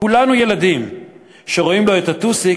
כולנו ילדים / שרואים לו את הטוסיק,